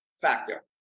factor